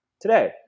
today